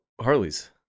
Harleys